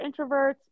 introverts